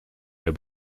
der